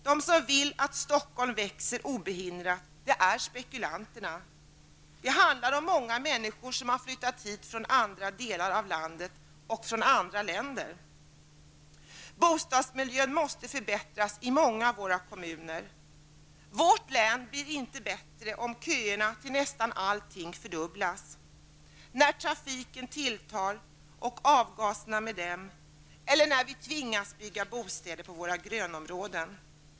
De som vill att Stockholm skall växa obehindrat är spekulanterna. Här handlar det om många människor som har flyttat hit från andra delar av landet och från andra länder. Bostadsmiljön måste förbättras i många av våra kommuner. Vårt län blir inte bättre om köerna till nästan allt fördubblas, när trafiken tilltar och avgaserna med den eller när vi tvingas bygga bostäder på våra grönområden.